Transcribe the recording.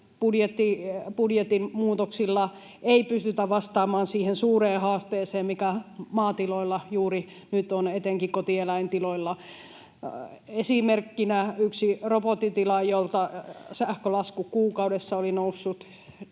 budjetin muutoksilla ei pystytä vastaamaan siihen suureen haasteeseen, mikä maatiloilla juuri nyt on, etenkin kotieläintiloilla. Esimerkkinä yksi robottitila, jolta sähkölasku kuukaudessa oli noussut